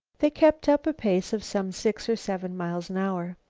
they kept up a pace of some six or seven miles an hour.